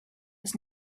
was